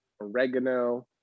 oregano